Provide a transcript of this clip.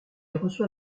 reçoit